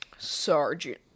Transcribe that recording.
Sergeant